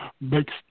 makes